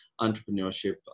entrepreneurship